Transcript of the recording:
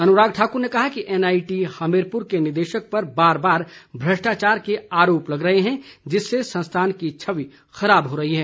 अनुराग ठाकुर ने कहा कि एनआईटी हमीरपुर के निदेशक पर बार बार भ्रष्टाचार के आरोप लग रहे हैं जिससे संस्थान की छवि खराब हो रही है